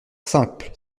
simple